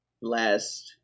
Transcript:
last